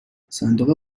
صندوق